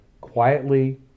quietly